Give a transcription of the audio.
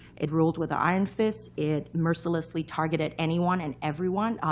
it ruled with an iron fist. it mercilessly targeted anyone and everyone,